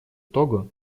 того